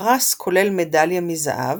הפרס כולל מדליה מזהב,